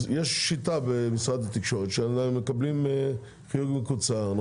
שיטה במשרד התקשורת שמקבלים חיוג מקוצר.